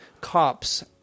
cops